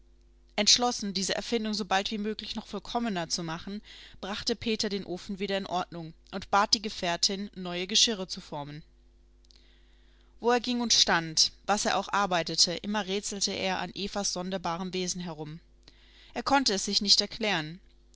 entschlossen diese erfindung sobald wie möglich noch vollkommener zu machen brachte peter den ofen wieder in ordnung und bat die gefährtin neue geschirre zu formen wo er ging und stand was er auch arbeitete immer rätselte er an evas sonderbarem wesen herum er konnte es sich nicht erklären